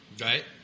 Right